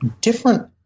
different